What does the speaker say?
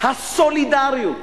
הסולידריות